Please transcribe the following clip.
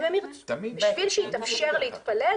בשביל שיתאפשר להתפלג